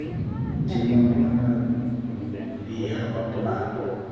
ᱡᱮᱢᱚᱱ ᱱᱚᱜᱼᱚᱭ ᱱᱟ ᱵᱤᱦᱟᱹ ᱵᱟᱯᱞᱟ